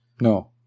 No